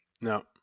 No